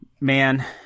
man